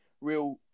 real